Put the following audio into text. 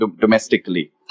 domestically